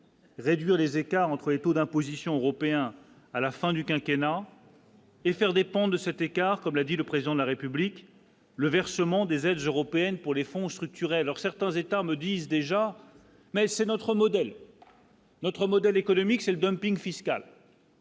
réduire les écarts entre les taux d'imposition européen à la fin du quinquennat. Fr dépendent de cet écart, comme l'a dit le président de la République, le versement des aides européennes pour les fonds structurels, or certains États me disent déjà, mais c'est notre modèle, notre modèle économique, c'est le dumping fiscal.